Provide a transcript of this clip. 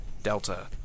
Delta